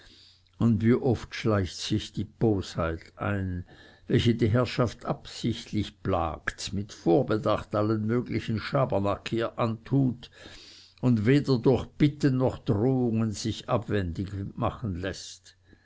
und wie oft schleicht sich die bosheit ein welche die herrschaft absichtlich plagt mit vorbedacht allen möglichen schabernack ihr antut und weder durch bitten noch drohungen sich abwendig machen läßt